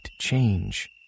change